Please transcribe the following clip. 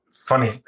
funny